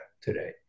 today